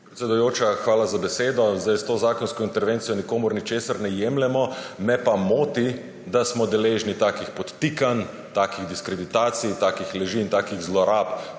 Predsedujoča, hvala za besedo. Sedaj s to zakonsko intervencijo nikomur ničesar ne jemljemo. Me pa moti, da smo deležni takih podtikanj, takih diskreditacij in takih laži in takih zlorab